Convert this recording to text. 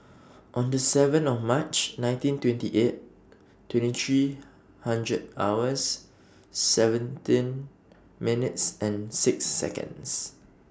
on The seven of March nineteen twenty eight twenty three hundred hours seventeen minutes and six Seconds